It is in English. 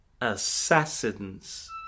Assassins